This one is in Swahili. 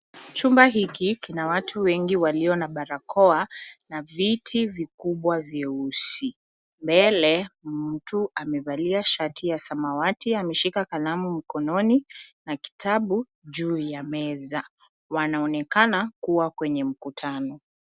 Chumba hiki kina watu wengi walio na barakoa na viti vikubwa vyeusi mbele mtu amevalia shati ya samawati ameshika kalamu mkononi na kitabu juu ya meza wanaonekana kuwa kwenye mkutano.